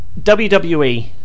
WWE